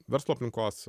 verslo aplinkos